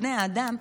בני האדם,